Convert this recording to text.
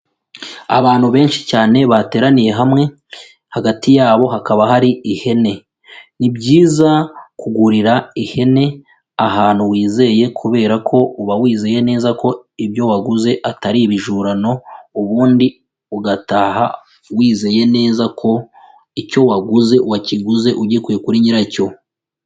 Abantu benshi cyane bateraniye hamwe hagati yabo hakaba hari ihene, ni byiza kugurira ihene ahantu wizeye kubera ko uba wizeye neza ko ibyo waguze atari ibijurano ubundi ugataha wizeye neza ko icyo waguze wakiguze ugikuye kuri nyiracyo.